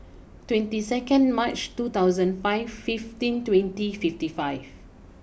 twenty second March two thousand five fifteen twenty fifty five